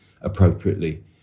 appropriately